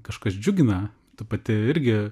kažkas džiugina ta pati irgi